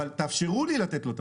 אבל תאפשרו לי לתת לו פטור.